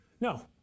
No